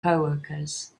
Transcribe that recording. coworkers